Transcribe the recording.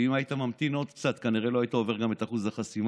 ואם היית ממתין עוד קצת כנראה לא היית עובר גם את אחוז החסימה.